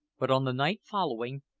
but on the night following,